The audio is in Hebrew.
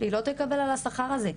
היא לא תקבל את השכר הזה,